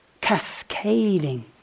cascading